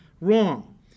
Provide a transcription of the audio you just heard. wrong